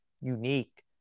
unique